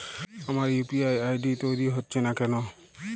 আমার UPI ID তৈরি হচ্ছে না কেনো?